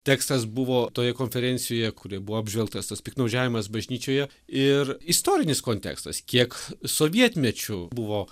tekstas buvo toje konferencijoje kur ir buvo apžvelgtas tas piktnaudžiavimas bažnyčioje ir istorinis kontekstas kiek sovietmečiu buvo